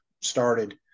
started